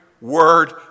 word